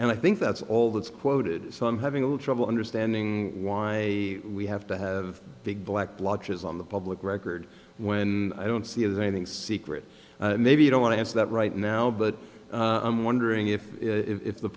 and i think that's all that's quoted so i'm having trouble understanding why we have to have big black bloggers on the public record when i don't see anything secret maybe you don't want to answer that right now but i'm wondering if if the